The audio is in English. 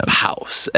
house